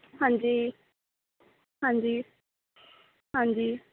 ਹਾਂਜੀ ਹਾਂਜੀ ਹਾਂਜੀ